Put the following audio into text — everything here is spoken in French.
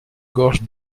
gorge